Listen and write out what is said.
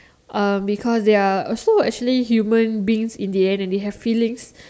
uh because they're actually human beings in the end and they have feelings